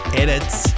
edits